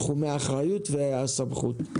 תחומי האחריות והסמכות.